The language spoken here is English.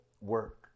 work